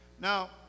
now